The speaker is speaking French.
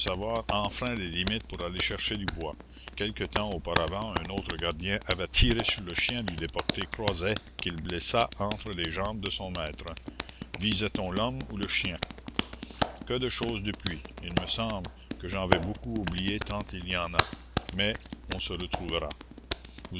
savoir enfreint les limites pour aller chercher du bois quelque temps auparavant un autre gardien avait tiré sur le chien du déporté croiset qu'il blessa entre les jambes de son maître visait on l'homme ou le chien que de choses depuis il me semble que j'en vais beaucoup oublier tant il y en a mais on se retrouvera